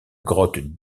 grotte